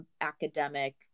academic